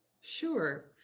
Sure